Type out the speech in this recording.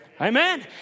Amen